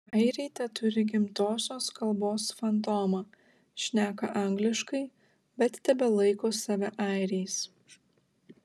airiai teturi gimtosios kalbos fantomą šneka angliškai bet tebelaiko save airiais